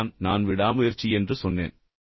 அதைத்தான் நான் விடாமுயற்சி என்று சொன்னேன்